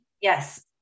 Yes